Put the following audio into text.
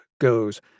goes